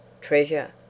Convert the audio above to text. Treasure